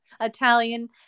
Italian